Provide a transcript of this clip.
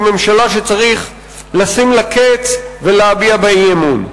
היא ממשלה שצריך לשים לה קץ ולהביע אי-אמון בה.